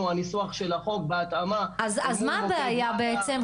הניסוח של החוק בהתאמה אל מול מוקד מד"א --- אז מה הבעיה בעצם,